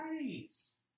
Nice